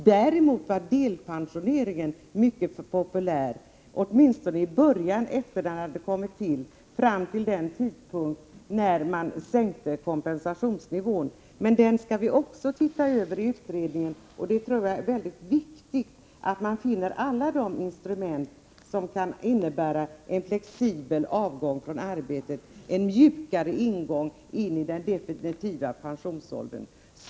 Däremot var delpensionering mycket populär, åtminstone just när systemet infördes och fram till den tidpunkt när kompensationsnivån sänktes. Vi skall iutredningen se över också den frågan. Jag tror att det är mycket viktigt att vi kan finna alla de instrument som medför en flexibel avgång från arbetet och en mjukare ingång i den definitiva pensionsåldern.